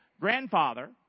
Grandfather